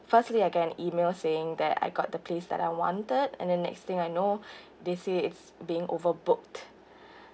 firstly I get an email saying that I got the place that I wanted and then next thing I know they say it's being overbooked